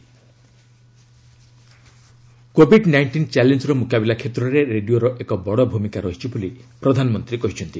corona radio COVID nineteen challenge ର ମୁକାବିଲା କ୍ଷେତ୍ରରେ ରେଡିଓର ଏକ ବଡ଼ ଭୂମିକା ରହିଛି ବୋଲି ପ୍ରଧାନମନ୍ତ୍ରୀ କହିଛନ୍ତି